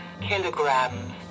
kilograms